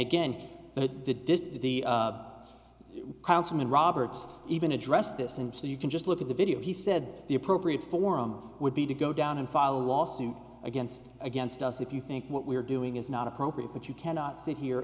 again but did the councilman roberts even address this and so you can just look at the video he said the appropriate forum would be to go down and follow a lawsuit against against us if you think what we're doing is not appropriate but you cannot sit here